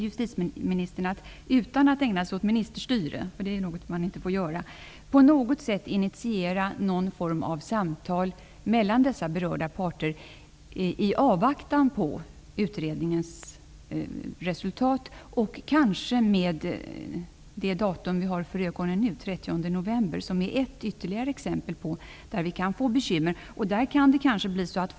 utan att ägna sig åt ministerstyre, eftersom det inte är tillåtet -- på något sätt initierar någon form av samtal mellan de berörda parterna i avvaktan på utredningens resultat med tanke på det datum som nu ligger framför oss, den 30 november, som är ett ytterligare exempel på en demonstration då det kan bli bekymmer.